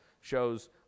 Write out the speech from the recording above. shows